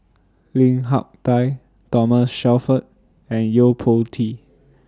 Lim Hak Tai Thomas Shelford and Yo Po Tee